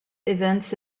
events